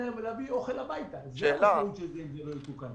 להביא בכלל אוכל הביתה זו המשמעות של זה אם זה לא יתוקן.